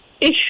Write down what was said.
issue